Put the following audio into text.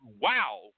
wow